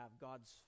God's